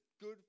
good